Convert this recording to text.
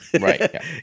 Right